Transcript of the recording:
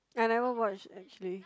I never watch actually